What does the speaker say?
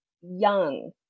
young